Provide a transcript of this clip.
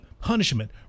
punishment